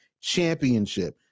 championship